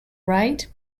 right